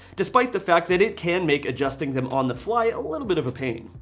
despite the fact that it can make adjusting them on the fly, a little bit of a pain.